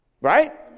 Right